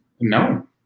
No